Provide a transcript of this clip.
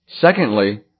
Secondly